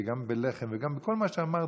גם בלחם וגם בכל מה שאמרת,